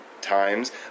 Times